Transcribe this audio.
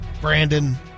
Brandon